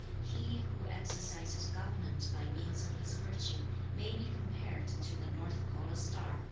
he who exercises government by means of his virtue may be compared to the north polar star,